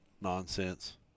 nonsense